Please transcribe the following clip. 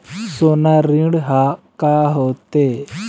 सोना ऋण हा का होते?